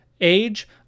age